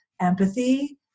empathy